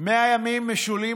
100 ימים משולים